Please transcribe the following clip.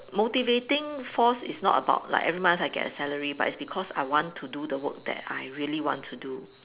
motivating force is not about like every month I get a salary but is because I want to do the work that I really want to do